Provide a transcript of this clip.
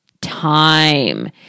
time